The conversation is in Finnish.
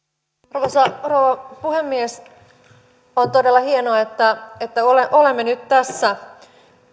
arvoisa rouva puhemies on todella hienoa että että olemme nyt tässä